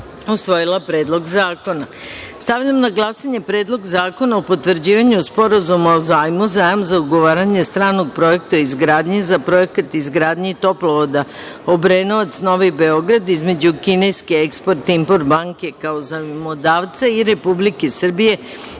usvojila Predlog zakona. Stavljam na glasanje Predlog zakona o potvrđivanju Sporazuma o zajmu (Zajam za ugovaranje stranog projekta o izgradnji) za Projekat izgradnje toplovoda Obrenovac – Novi Beograd, između kineske Eksport – Import banke, kao zajmodavca i Republike Srbije,